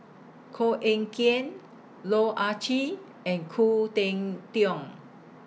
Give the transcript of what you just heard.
Koh Eng Kian Loh Ah Chee and Khoo Cheng Tiong